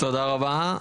תודה רבה.